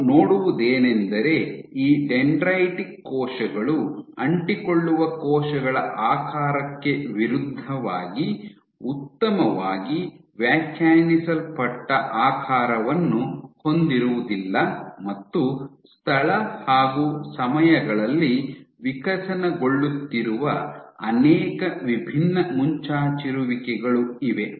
ನೀವು ನೋಡುವುದೇನೆಂದರೆ ಈ ಡೆಂಡ್ರೈಟಿಕ್ ಕೋಶಗಳು ಅಂಟಿಕೊಳ್ಳುವ ಕೋಶಗಳ ಆಕಾರಕ್ಕೆ ವಿರುದ್ಧವಾಗಿ ಉತ್ತಮವಾಗಿ ವ್ಯಾಖ್ಯಾನಿಸಲ್ಪಟ್ಟ ಆಕಾರವನ್ನು ಹೊಂದಿರುವುದಿಲ್ಲ ಮತ್ತು ಸ್ಥಳ ಹಾಗು ಸಮಯಗಳಲ್ಲಿ ವಿಕಸನಗೊಳ್ಳುತ್ತಿರುವ ಅನೇಕ ವಿಭಿನ್ನ ಮುಂಚಾಚಿರುವಿಕೆಗಳು ಇವೆ